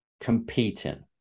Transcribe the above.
competing